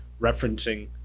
referencing